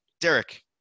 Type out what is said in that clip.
Derek